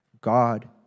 God